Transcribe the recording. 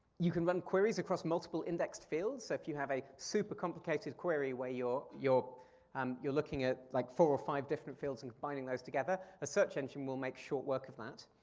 you can learn queries across multiple indexed fields, so if you have a super complicated query where you're you're um looking at like four or five different fields and combining those together, a search engine will make short work of that.